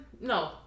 no